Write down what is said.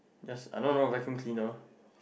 just I am not wrong vacuum cleaner